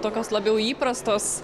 tokios labiau įprastos